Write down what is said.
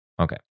Okay